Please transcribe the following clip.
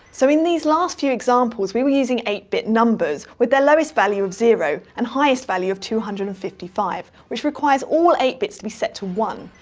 so in these last few examples, we were using eight bit numbers with their lowest value of zero and highest value is two hundred and fifty five, which requires all eight bits to be set to one.